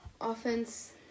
offense